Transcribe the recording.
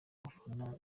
abafana